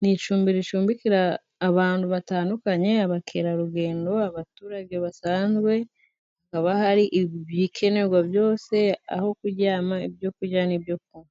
ni icumbi ricumbikira abantu batandukanye abakerarugendo, abaturage basanzwe, hakaba hari ibikenerwa byose aho kuryama, ibyo kurya n'ibyo kunywa.